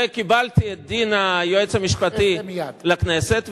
וקיבלתי את דין היועץ המשפטי לכנסת,